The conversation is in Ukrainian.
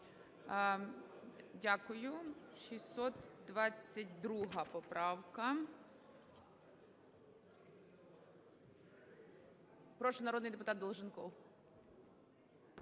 Дякую. 622 поправка. Прошу, народний депутат Долженков.